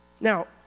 Now